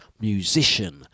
musician